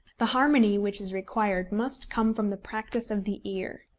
the harmony which is required must come from the practice of the ear.